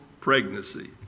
pregnancy